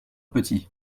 petit